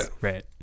Right